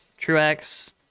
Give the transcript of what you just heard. Truex